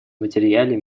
материале